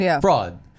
Fraud